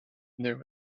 there